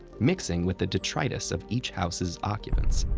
mixing with the detritus of each house's occupants.